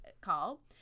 call